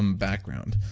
um background.